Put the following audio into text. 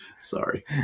Sorry